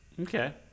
Okay